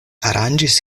aranĝis